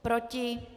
Proti?